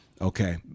okay